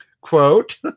Quote